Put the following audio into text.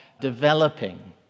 developing